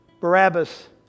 Barabbas